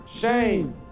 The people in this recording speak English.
shame